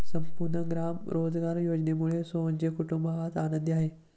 संपूर्ण ग्राम रोजगार योजनेमुळे सोहनचे कुटुंब आज आनंदी आहे